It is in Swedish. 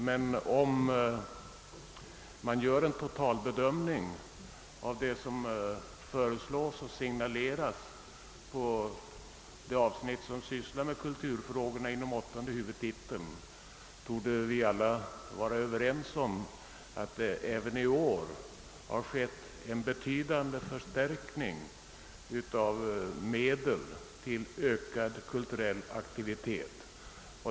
Men om vi gör en totalbedömning av det som föreslås och signaleras på det avsnitt som gäller kulturfrågorna under åttonde huvudtiteln tror jag vi måste vara överens om att det även i år har skett en betydande förstärkning av medlen till ökad kulturell aktivitet.